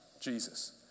Jesus